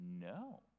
No